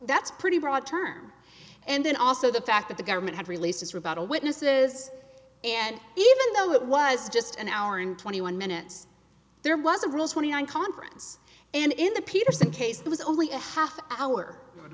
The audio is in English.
that's pretty broad term and then also the fact that the government had released its rebuttal witnesses and even though it was just an hour and twenty one minutes there was a rule twenty nine conference and in the peterson case it was only